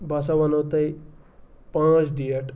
بہٕ ہَسا وَنو تۄہہِ پانٛژھ ڈیٹ